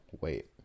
wait